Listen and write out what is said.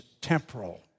temporal